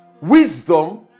wisdom